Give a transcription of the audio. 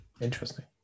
Interesting